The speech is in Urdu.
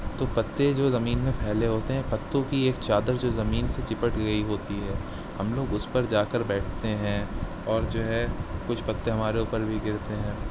تو پتے جو زمین میں پھیلے ہوتے ہیں پتوں کی ایک چادر جو زمین سے چپٹ گئی ہوتی ہے ہم لوگ اس پر جا کر بیٹھتے ہیں اور جو ہے کچھ پتے ہمارے اوپر بھی گرتے ہیں